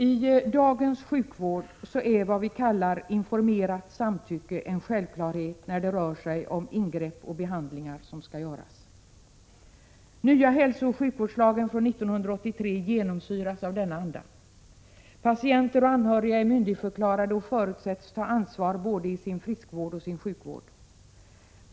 I dagens sjukvård är vad vi kallar informerat samtycke en självklarhet när det rör sig om ingrepp och behandlingar som skall göras. Nya hälsooch sjukvårdslagen från 1983 genomsyras av denna anda. Patienter och anhöriga är myndigförklarade och förutsätts ta ansvar både i sin friskvård och i sin sjukvård.